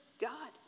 God